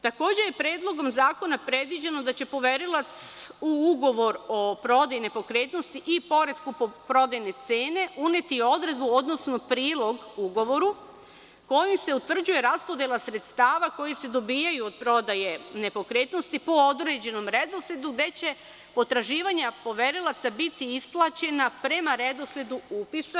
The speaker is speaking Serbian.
Takođe je Predlogom zakona predviđeno da će poverilac u ugovoru o prodaji nepokretnosti i pored kupoprodajne cene uneti odredbu, odnosno prilog ugovoru kojim se utvrđuje raspodela sredstava koja se dobijaju od prodaje nepokretnosti po određenom redosledu, gde će potraživanja poverilaca biti isplaćena prema redosledu upisa.